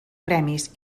premis